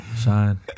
Shine